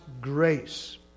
grace